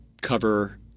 cover